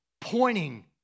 pointing